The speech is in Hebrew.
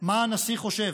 מה הנשיא חושב.